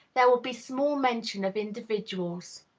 there will be small mention of individuals.